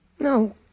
No